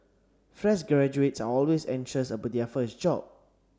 fresh graduates are always anxious about their first job